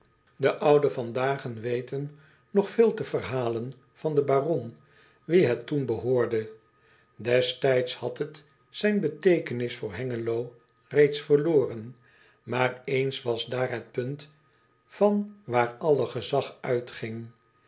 e ouden van dagen weten nog veel te verhalen van den baron wien het toen behoorde estijds had het zijn beteekenis voor engelo reeds verloren maar eens was daar het punt van waar alle gezag uitging